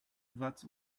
that